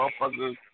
motherfuckers